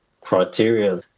criteria